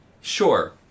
Sure